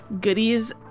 goodies